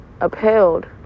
upheld